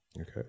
Okay